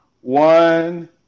one